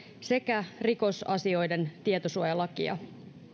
sekä rikosasioiden tietosuojalakia